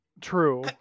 true